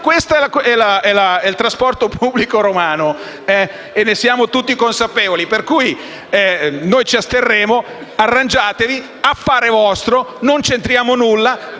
questo è il trasporto pubblico romano e ne siamo tutti consapevoli. Noi ci asterremo, arrangiatevi, affari vostri! Non c'entriamo nulla.